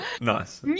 nice